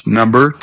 number